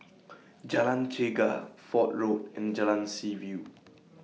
Jalan Chegar Fort Road and Jalan Seaview